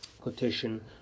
quotation